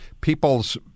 people's